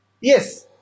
Yes